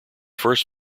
first